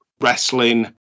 wrestling